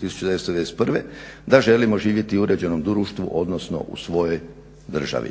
1991. da želimo živjeti u uređenom društvu odnosno u svojoj državi.